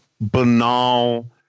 banal